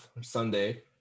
Sunday